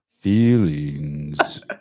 Feelings